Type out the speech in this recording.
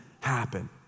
happen